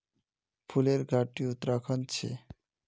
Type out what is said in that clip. फूलेर घाटी उत्तराखंडत छे